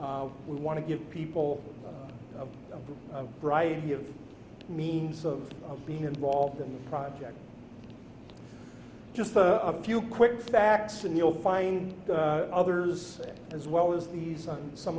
we want to give people a variety of means of being involved in the project just a few quick backs and you'll find others as well as these on some